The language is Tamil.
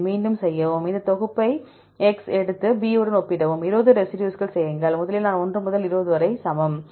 இதை மீண்டும் செய்யவும் அதே தொகுப்பை எடுத்து B உடன் ஒப்பிடவும் 20 ரெசிடியூஸ்களுக்கு செய்யுங்கள் நான் 1 முதல் 20 வரை சமம்